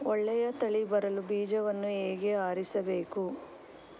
ಒಳ್ಳೆಯ ತಳಿ ಬರಲು ಬೀಜವನ್ನು ಹೇಗೆ ಆರಿಸಬೇಕು?